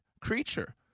creature